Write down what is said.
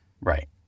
Right